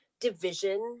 division